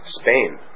Spain